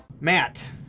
matt